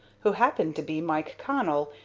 who happened to be mike connell,